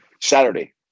Saturday